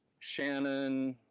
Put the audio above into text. shannon,